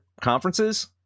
conferences